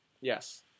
Yes